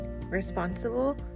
responsible